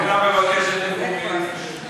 עכשיו אני מבקש תרגום ליידיש.